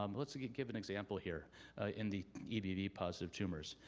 um let's give give an example here in the ebv positive tumors.